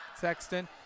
Sexton